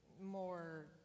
more